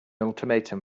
ultimatum